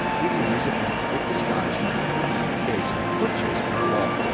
you can use it as a quick disguise should you ever become engaged in a foot chase with the law.